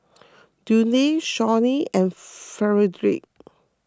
Dudley Shawnee and Frederic